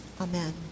Amen